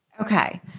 okay